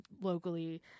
locally